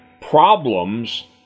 problems